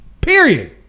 Period